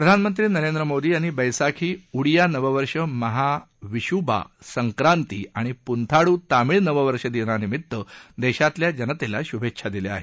प्रधानमंत्री नरेंद्र मोदी यांनी बैसाखी उडिया नव वर्ष महा विशुबा संक्रांती आणि पुंथाडू तामिळ नव वर्षानिमित्तानं देशातल्या जनतेला शुभेच्छा दिल्या आहेत